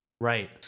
Right